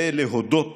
ולהודות